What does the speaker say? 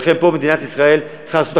ולכן מדינת ישראל צריכה לעשות הכול,